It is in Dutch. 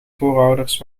voorouders